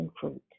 fruit